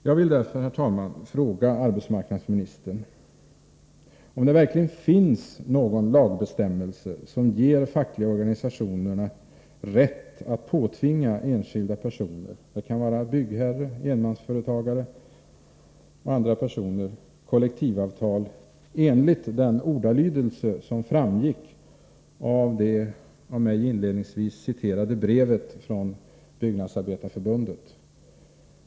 Jag vill därför, herr talman, fråga arbetsmarknadsministern, om det verkligen finns någon lagbestämmelse, som ger fackliga organisationer rätt att påtvinga enskilda personer — det kan vara byggherre, enmansföretagare eller annan person — kollektivavtal enligt den ordalydelse som framgår av det inledningsvis av mig citerade brevet från Byggnadsarbetareförbundet.